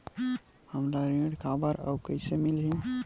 हमला ऋण काबर अउ कइसे मिलही?